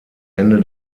ende